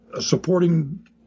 supporting